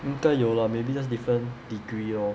应该有 lah maybe just different degree lor